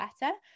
better